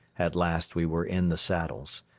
at last we were in the saddles.